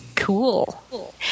Cool